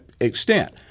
extent